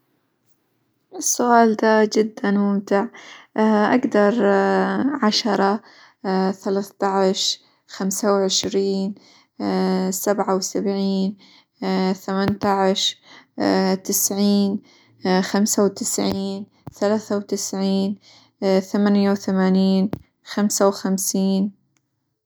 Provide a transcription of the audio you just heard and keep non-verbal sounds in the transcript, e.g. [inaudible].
السؤال دا جدًا ممتع، [hesitation] أقدر [hesitation] عشرة، [hesitation] ثلاثةعشر، خمسة وعشرين، [hesitation] سبعة وسبعين، [hesitation] ثمانيةعشر، [hesitation] تسعين، [hesitation] خمسة وتسعين، ثلاثة وتسعين، [hesitation] ثمانية وثمانين، خمسة وخمسين.